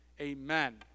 Amen